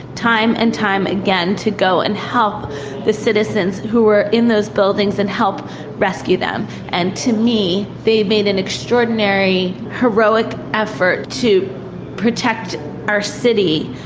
time and time again to go and help the citizens who were in those buildings and helped rescue them. and to me, they made an extraordinary, heroic effort to protect our city,